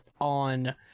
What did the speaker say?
on